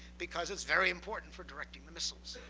because it's very important for directing the missiles.